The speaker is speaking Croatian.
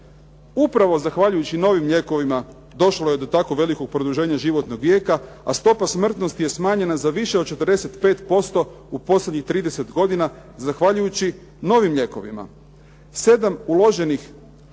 Upravo zahvaljujući novim lijekovima došlo je do tako veliko produženja životnog vijeka, a stopa smrtnosti je smanjena za više od 45% u posljednjih 30 godina zahvaljujući novim lijekovima.